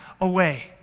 away